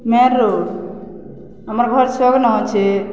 main road ଆମର ଘର ସଛଗନ ଅଛେ